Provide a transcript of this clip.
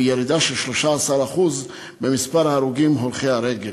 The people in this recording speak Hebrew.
וירידה של 13% במספר ההרוגים הולכי הרגל.